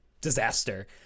disaster